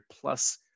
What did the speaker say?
plus